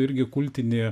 irgi kultinį